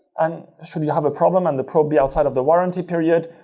and should you have a problem and the probe be outside of the warranty period,